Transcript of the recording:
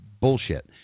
bullshit